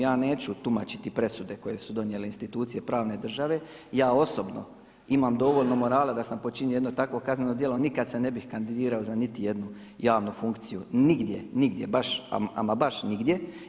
Ja neću tumačiti presude koje su donijele institucije pravne države, ja osobno imam dovoljno morala da sam počinio jedno takvo kazneno djelo nikad se ne bih kandidirao za niti jednu javnu funkciju nigdje, nigdje, baš ama baš nigdje.